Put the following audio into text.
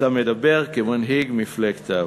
אתה מדבר כמנהיג מפלגת העבודה.